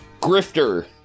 Grifter